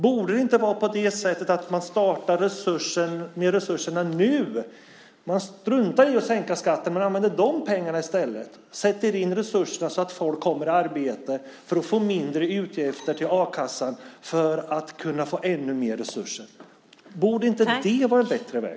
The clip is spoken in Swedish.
Borde det inte vara på det sättet att man startar med resurserna nu, alltså att man struntar i att sänka skatten och använder de pengarna i stället, sätter in resurser så att folk kommer i arbete för att få mindre utgifter till a-kassan för att kunna få ännu mer resurser. Borde inte det vara en bättre väg?